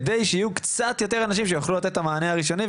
כדי שיהיו קצת יותר אנשים שיוכלו לתת את המענה הראשוני.